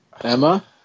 Emma